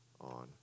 on